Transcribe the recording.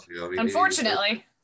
unfortunately